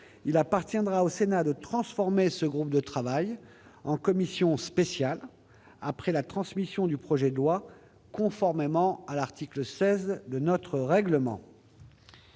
Il appartiendra au Sénat de transformer ce groupe de travail en commission spéciale, après la transmission du projet de loi, conformément à l'article 16 de notre règlement.